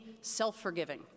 self-forgiving